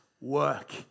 work